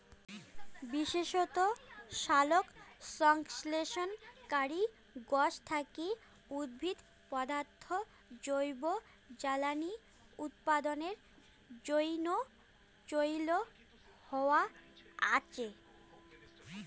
বিশেষত সালোকসংশ্লেষণকারী গছ থাকি উদ্ভুত পদার্থ জৈব জ্বালানী উৎপাদনের জইন্যে চইল হয়া আচে